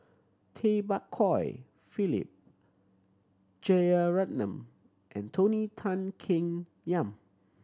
Tay Bak Koi Philip Jeyaretnam and Tony Tan Keng Yam